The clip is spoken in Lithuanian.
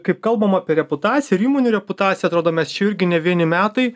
kaip kalbam apie reputaciją ir įmonių reputaciją atrodo mes čia jau irgi ne vieni metai